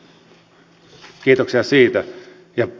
arvoisa puhemies